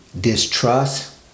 distrust